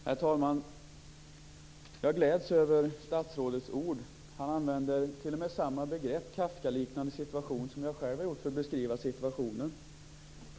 Herr talman! Jag gläds över statsrådets ord. Han använder t.o.m. samma begrepp, Kafkaliknande situation, som jag själv har gjort för att beskriva situationen.